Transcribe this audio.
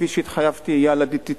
כפי שהתחייבתי הוא יהיה על ה-DTT,